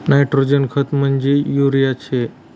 nitrogen खत म्हंजी urea शे